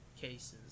cases